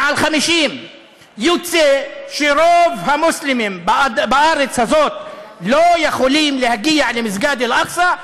מעל 50. יוצא שרוב המוסלמים בארץ הזאת לא יכולים להגיע למסגד אל-אקצא,